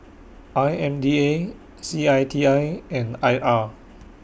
I M D A C I T I and I R